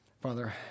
father